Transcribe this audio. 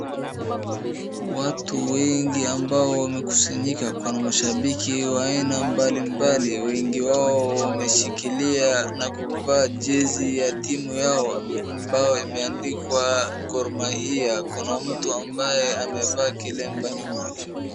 Watu wengi ambao wamekusanyika, kuna mashambiki wa aina mbalimbali wengi wao wameshikilia na kuvaa jezi ya timu yao ambao imeandikwa Gor Mahia. Kuna mtu ambaye amevaa kilemba nyuma.